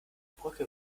brücke